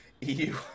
EU